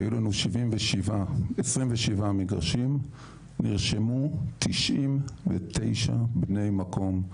היו לנו 27 מגרשים, נרשמו 99 בני מקום.